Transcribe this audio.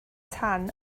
tan